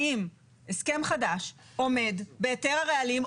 האם הסכם חדש עומד בהיתר הרעלים,